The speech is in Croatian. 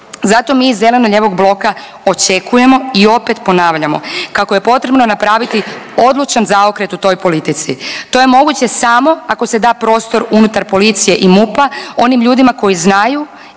Zato mi iz zeleno-lijevog bloka očekujemo i opet ponavljamo kako je potrebno napraviti odlučan zaokret u toj politici. To je moguće samo ako se da prostor unutar policije i MUP-a onim ljudima koji znaju